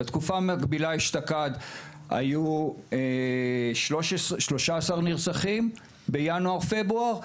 בה היו 13 נרצחים בחודשים ינואר פברואר,